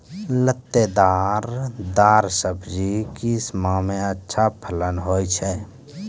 लतेदार दार सब्जी किस माह मे अच्छा फलन होय छै?